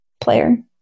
player